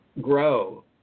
Grow